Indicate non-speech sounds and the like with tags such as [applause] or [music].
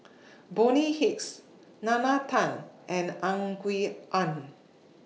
[noise] Bonny Hicks Nalla Tan and Ang [unintelligible] Aun